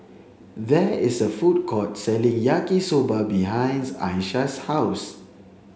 there is a food court selling Yaki Soba behind Aisha's house